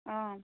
অঁ